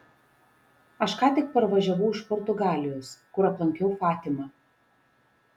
aš ką tik parvažiavau iš portugalijos kur aplankiau fatimą